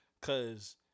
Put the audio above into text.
cause